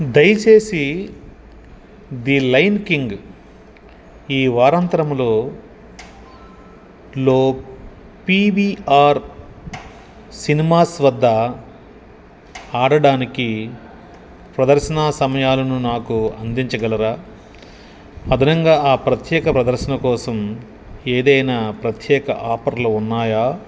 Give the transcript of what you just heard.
దయచేసి the Lion King ఈ వారాంతరములో లో పీవీఆర్ సినిమాస్ వద్ద ఆడడానికి ప్రదర్శనా సమయాలను నాకు అందించగలరా అదనంగా ఆ ప్రత్యేక ప్రదర్శన కోసం ఏదైనా ప్రత్యేక ఆఫర్లు ఉన్నాయా